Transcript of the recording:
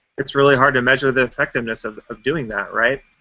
it's really hard to measure the effectiveness of of doing that, right?